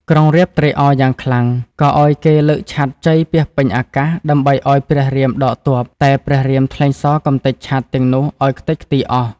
ក្រុងរាពណ៍ត្រេកអរយ៉ាងខ្លាំង ក៏ឱ្យគេលើកឆ័ត្រជ័យពាសពេញអាកាស ដើម្បីឱ្យព្រះរាម ដកទ័ពតែព្រះរាមថ្លែងសរកម្ទេចឆត្រីទាំងនោះឱ្យខ្ទេចខ្ទីរអស់។